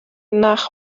nach